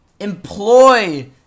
employ